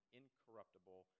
incorruptible